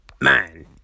man